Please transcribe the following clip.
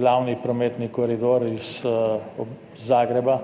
glavni prometni koridor iz Zagreba,